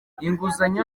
inguzanyo